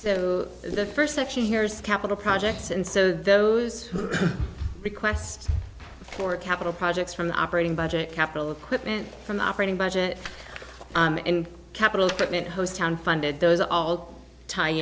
so the first section here is capital projects and so those requests for capital projects from the operating budget capital equipment from operating budget and capital equipment host town funded those are all tie